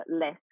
less